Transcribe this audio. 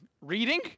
reading